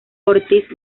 ortiz